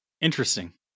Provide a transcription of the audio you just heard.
Interesting